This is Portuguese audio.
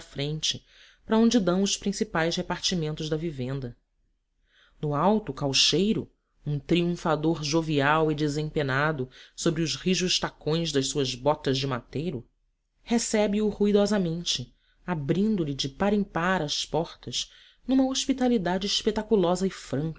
frente para onde dão os principais repartimentos da vivenda no alto o caucheiro um triunfador jovial e desempenado sobre os rijos tacões das suas botas de mateiro recebe o ruidosamente abrindo lhe de par em par as portas numa hospitalidade espetaculosa e franca